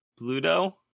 Bluto